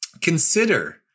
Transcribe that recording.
consider